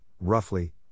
roughly